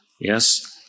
Yes